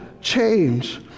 change